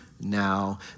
now